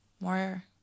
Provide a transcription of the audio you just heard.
More